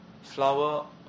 flower